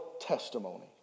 testimony